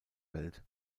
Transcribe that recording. welt